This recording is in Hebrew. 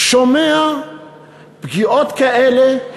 שומע פגיעות כאלה,